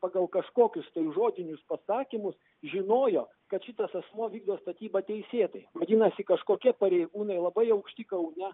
pagal kažkokius tai žodinius pasakymus žinojo kad šitas asmuo vykdo statybą teisėtai vadinasi kažkokie pareigūnai labai aukšti kaune